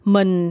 Mình